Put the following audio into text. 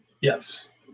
yes